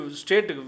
state